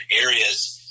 areas